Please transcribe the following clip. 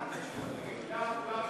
המחנה הציוני בעד?